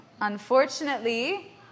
Unfortunately